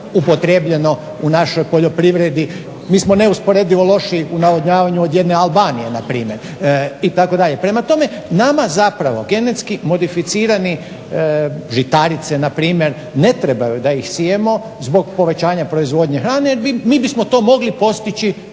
upotrijebljeno u našoj poljoprivredi. Mi smo neusporedivo loši u navodnjavanju od jedne Albanije npr. itd. prema tome nama zapravo genetski modificirani žitarice npr. ne trebaju da ih sijemo zbog povećanja proizvodnje hrane jer mi bismo to mogli postići